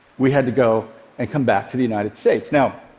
we had to go and come back to the united states. now,